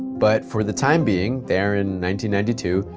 but for the time being, there and ninety ninety two,